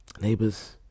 Neighbors